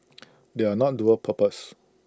they are not dual purpose